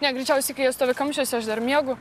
ne greičiausiai kai jie stovi kamščiuose aš dar miegu